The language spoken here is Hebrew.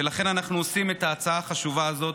ולכן אנחנו עושים את ההצעה החשובה הזאת.